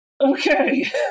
Okay